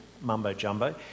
mumbo-jumbo